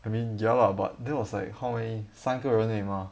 I mean ya lah but that was like how many 三个人而已 mah